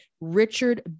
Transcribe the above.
Richard